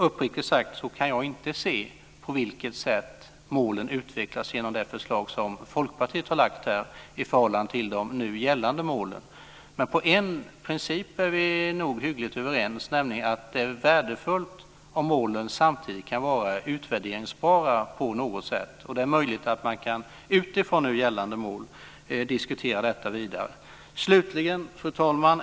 Uppriktigt sagt kan jag inte se på vilket sätt målen utvecklas genom det förslag som Folkpartiet har lagt fram, i förhållande till de nu gällande målen. Om en princip är vi nog hyggligt överens, nämligen att det är värdefullt om målen kan vara utvärderingsbara. Det är möjligt att man, utifrån nu gällande mål, kan diskutera det vidare. Fru talman!